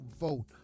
vote